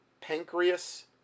pancreas